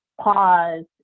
pause